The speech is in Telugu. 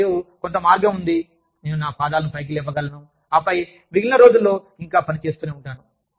మరియు కొంత మార్గం ఉంది నేను నా పాదాలను పైకి లేపగలను ఆపై మిగిలిన రోజుల్లో ఇంకా పని చేస్తూనే ఉంటాను